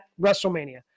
WrestleMania